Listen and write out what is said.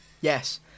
Yes